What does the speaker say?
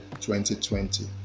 2020